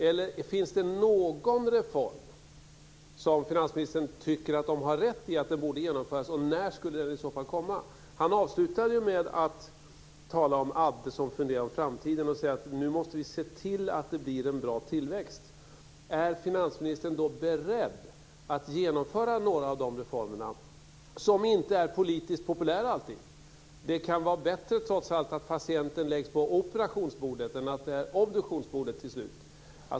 Eller finns det någon reform som finansministern tycker att de har rätt i borde genomföras, och när skulle den i så fall komma? Han avslutade med att tala om Adde som funderar över framtiden och sade att nu måste vi se till att det blir en bra tillväxt. Är finansministern då beredd att genomföra några av dessa reformer, som inte alltid är politiskt populära? Det kan vara bättre, trots allt, att patienten läggs på operationsbordet än på obduktionsbordet till slut.